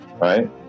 right